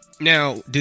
Now